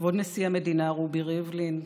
כבוד נשיא המדינה רובי ריבלין,